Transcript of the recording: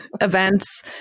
events